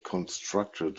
constructed